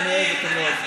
שאני אוהב אותו מאוד.